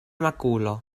makulo